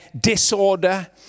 disorder